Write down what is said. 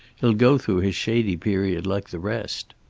he'll go through his shady period, like the rest.